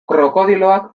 krokodiloak